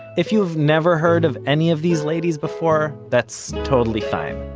if you've never heard of any of these ladies before, that's totally fine.